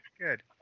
good